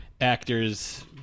actors